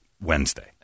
Wednesday